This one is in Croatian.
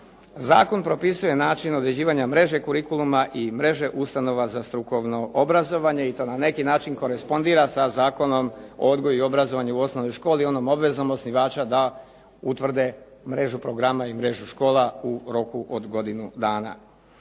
Zakon propisuje način određivanja mreže curiculuma i mreže ustanova za strukovno obrazovanje i to na neki način korespondira sa zakonom o odgoju i obrazovanju u osnovnoj školi, onom obvezom osnivača da utvrde mrežu programa i mrežu škola u roku od godinu dana.